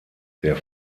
der